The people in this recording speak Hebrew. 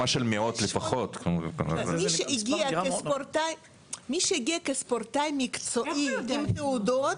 מי שהגיע כספורטאי מקצועי עם תעודות,